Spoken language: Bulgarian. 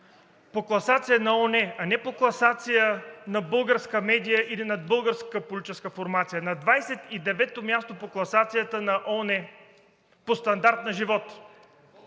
по класацията на ООН, а не по класация на българска медия или на българска политическа формация. На 29-о място по класацията на ООН по стандарт на живот.